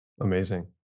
Amazing